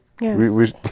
Yes